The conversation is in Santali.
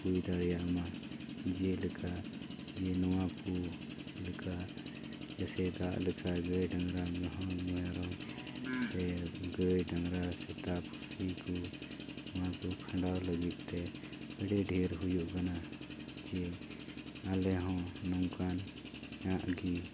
ᱦᱩᱭ ᱫᱟᱲᱮᱭᱟᱜᱢᱟ ᱡᱮᱞᱮᱠᱟ ᱡᱮ ᱱᱚᱣᱟ ᱠᱚ ᱞᱮᱠᱟ ᱡᱮᱥᱮ ᱫᱟᱜ ᱞᱮᱠᱷᱟᱡ ᱜᱟᱹᱭ ᱰᱟᱝᱨᱟ ᱢᱮᱨᱚᱢ ᱥᱮ ᱜᱟᱹᱭ ᱰᱟᱝᱨᱟ ᱥᱮᱛᱟ ᱯᱩᱥᱤ ᱠᱚ ᱮᱢᱟᱱ ᱠᱚ ᱠᱷᱟᱰᱟᱣ ᱞᱟᱹᱜᱤᱫᱛᱮ ᱟᱹᱰᱤ ᱰᱷᱮᱨ ᱦᱩᱭᱩᱜ ᱠᱟᱱᱟ ᱡᱮ ᱟᱞᱮ ᱦᱚᱸ ᱱᱚᱝᱠᱟᱱ ᱱᱟᱜ ᱜᱮ